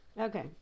okay